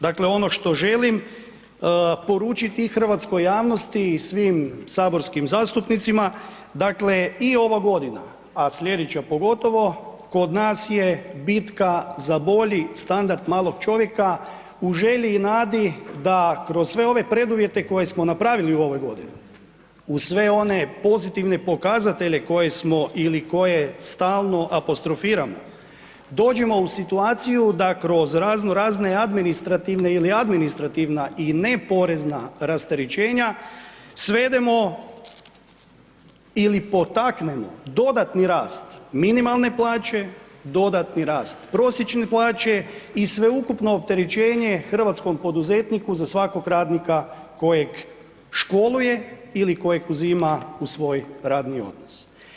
Dakle ono što želim poručiti hrvatskoj javnosti i svim saborskim zastupnicima, dakle i ova godina a sljedeća pogotovo kod nas je bitka za bolji standard malog čovjeka u želji i nadi da kroz sve ove preduvjete koje smo napravili u ovoj godini, uz sve one pozitivne pokazatelje koje smo ili koje stalno apostrofiramo, dođemo u situaciju da kroz razno razne administrativne ili administrativna i ne porezna rasterećenja svedemo ili potaknemo dodatni rast minimalne plaće, dodatni rast prosječne plaće i sveukupno opterećenje hrvatskom poduzetniku za svakog radnika kojeg školuje ili kojeg uzima u svoj radni odnos.